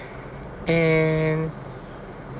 and